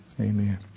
Amen